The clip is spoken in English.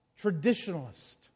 traditionalist